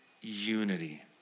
unity